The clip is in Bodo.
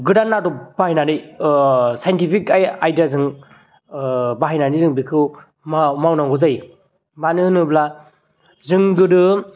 गोदान आदब बाहायनानै ओ साइनटिपिक आइदाजों ओ बाहायनानै जों बिखौ मावनांगौ जायो मानो होनोब्ला जों गोदो